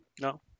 No